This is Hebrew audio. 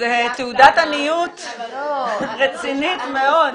זו תעודת עניות רצינית מאוד.